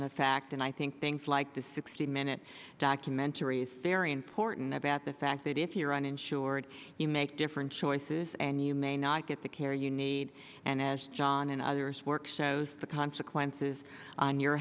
the fact and i think things like the sixty minute documentary is very important about the fact that if you're uninsured you make different choices and you may not get the care you need and as john and others work shows the consequences on your